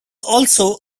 also